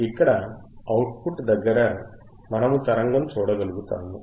ఇక్కడ output దగ్గర మనము తరంగము చూడగలుగుతాము